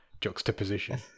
juxtaposition